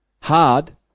hard